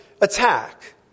attack